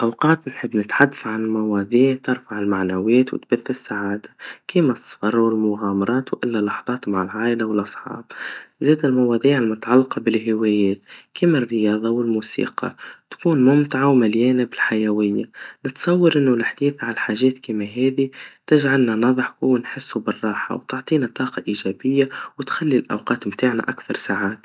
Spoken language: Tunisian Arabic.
أوقات نحب نتحدث عن مواضيع ترفع المعنويات وتبث السعادا, كيما السفر والمغامرات وإلا اللحظات مع العايلا والأصحاب, زاد المواضيع المتعلقا بالهوايا, كيما الرياضا والموسيقى, تكون ممتعا ومليانا بالحيويا, بتصور انه الحديث عالحاجات كيما هذي تجعلنا نضحك ونحسوا بالراحا, وتعطينا طاقا إيجابيا, وتخلي الأوقات متاعنا أكثر سعادا.